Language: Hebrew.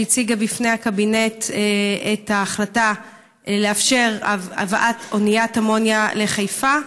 שהציגה בפני הקבינט את ההחלטה לאפשר הבאת אוניית אמוניה לחיפה.